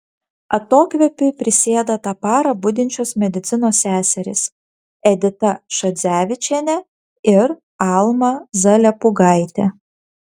atokvėpiui prisėda tą parą budinčios medicinos seserys edita šadzevičienė ir alma zalepūgaitė